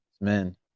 men